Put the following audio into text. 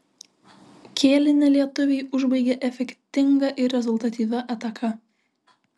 kėlinį lietuviai užbaigė efektinga ir rezultatyvia ataka